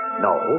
No